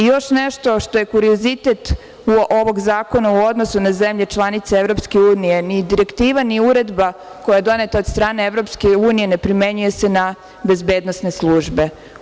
Još nešto što je kuriozitet ovog zakona u odnosu na zemlje članice EU, ni direktiva, ni uredba koja je doneta od strane EU ne primenjuje se na bezbednosne službe.